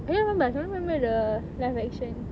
I cannot remember I cannot remember the live action